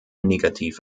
negativ